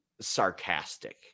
sarcastic